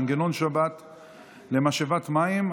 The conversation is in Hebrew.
מנגנון שבת למשאבת מים),